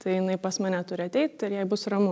tai jinai pas mane turi ateit ir jai bus ramu